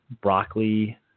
broccoli